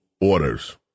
orders